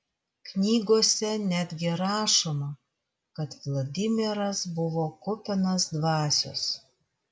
knygose netgi rašoma kad vladimiras buvo kupinas dvasios